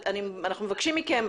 אנחנו מבקשים מכם,